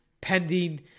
pending